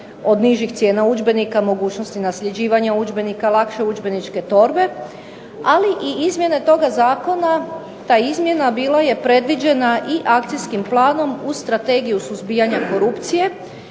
od nižih cijena udžbenika, mogućnosti nasljeđivanja udžbenika, lakše udžbeničke torbe ali i izmjene toga Zakona, ta izmjena bila je predviđena i akcijskim planom u strategiju suzbijanja korupcije,